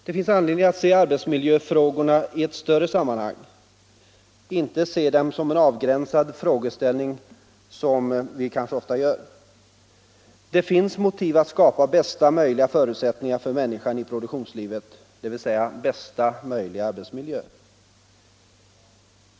Vi har anledning att se arbetsmiljöfrågorna i ett större sammanhang och inte som en avgränsad frågeställning, vilket vi kanske ofta gör. Det finns motiv för att skapa bästa möjliga förutsättningar för människan i produktionslivet, dvs. bästa möjliga arbetsmiljö.